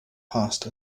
passed